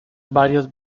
varias